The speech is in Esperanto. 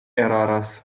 eraras